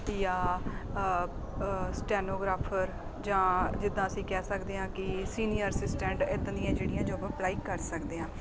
ਜਾਂ ਸਟੈਨੋਗ੍ਰਾਫਰ ਜਾਂ ਜਿੱਦਾਂ ਅਸੀਂ ਕਹਿ ਸਕਦੇ ਹਾਂ ਕਿ ਸੀਨੀਅਰ ਅਸਿਸਟੈਂਟ ਇੱਦਾਂ ਦੀਆਂ ਜਿਹੜੀਆਂ ਜੋਬਾਂ ਅਪਲਾਈ ਕਰ ਸਕਦੇ ਹਾਂ